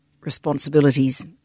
responsibilities